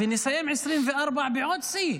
ונסיים את 2024 בעוד שיא.